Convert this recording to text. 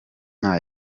nta